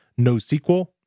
NoSQL